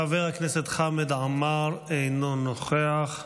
חבר הכנסת חמד עמאר, אינו נוכח.